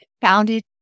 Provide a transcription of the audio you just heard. founded